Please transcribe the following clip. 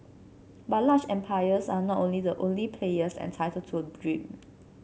but large empires are not only the only players entitled to a dream